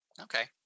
Okay